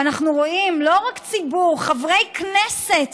ואנחנו רואים לא רק ציבור, חברי כנסת